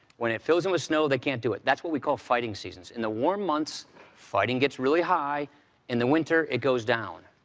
when it fills in with snow, they can't do it. that's what we call fighting seasons. in the warm months fighting gets really high in the winter it goes down.